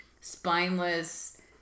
spineless